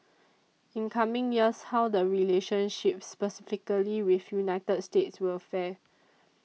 in coming years how the relationship specifically with United States will fare